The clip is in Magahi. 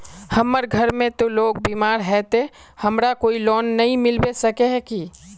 हमर घर में ते लोग बीमार है ते हमरा कोई लोन नय मिलबे सके है की?